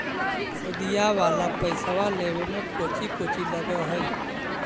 सुदिया वाला पैसबा लेबे में कोची कोची लगहय?